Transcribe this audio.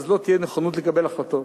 לא תהיה נכונות לקבל החלטות.